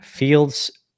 Fields